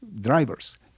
drivers